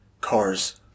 cars